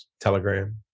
telegram